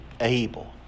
able